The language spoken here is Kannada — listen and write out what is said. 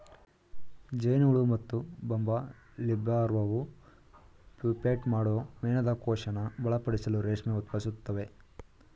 ಜೇನುಹುಳು ಮತ್ತುಬಂಬಲ್ಬೀಲಾರ್ವಾವು ಪ್ಯೂಪೇಟ್ ಮಾಡೋ ಮೇಣದಕೋಶನ ಬಲಪಡಿಸಲು ರೇಷ್ಮೆ ಉತ್ಪಾದಿಸ್ತವೆ